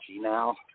now